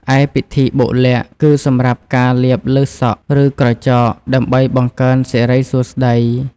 ឯ ពិធីបុកល័ក្ត គឺសម្រាប់ការលាបលើសក់ ឬក្រចក ដើម្បីបង្កើនសិរីសួស្តី។